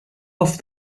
off